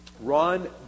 Ron